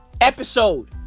episode